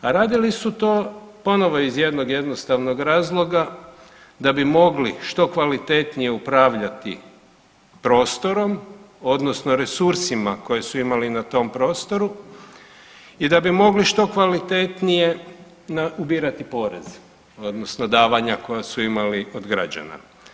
A radili su to ponovo iz jednog jednostavnog razloga, da bi mogli što kvalitetnije upravljati prostorom, odnosno resursima koje su imali na tom prostoru i da bi mogli što kvalitetnije ubirati porez, odnosno davanja koja su imali od građana.